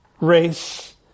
race